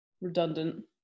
redundant